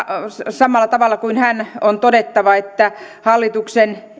samalla tavalla kuin edellisen puheenvuoron käyttäjä todettava että hallituksen